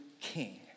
king